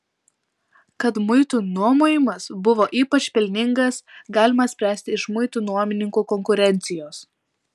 kad muitų nuomojimas buvo ypač pelningas galima spręsti iš muitų nuomininkų konkurencijos